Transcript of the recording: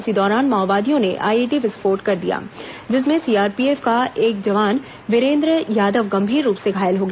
इसी दौरान माओवादियों ने आईईडी विस्फोट कर दिया जिसमें सीआरपीएफ का जवान वीरेंद्र यादव गंभीर रुप से घायल हो गया